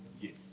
Yes